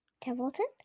Templeton